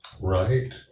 right